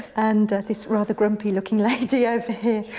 and this rather grumpy looking lady over here,